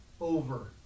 over